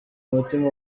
umutima